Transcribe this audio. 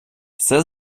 все